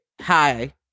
Hi